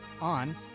on